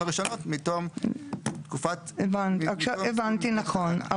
עכשיו הבנתי נכון,